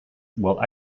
while